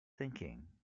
thinking